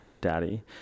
daddy